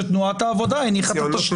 שתנועת העבודה הניחה את התשתיות למדינה.